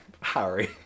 Harry